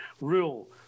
rule